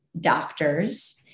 doctors